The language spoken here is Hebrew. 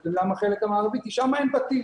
זה בחלק המערבי כי שם אין בתים